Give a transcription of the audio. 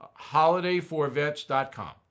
holidayforvets.com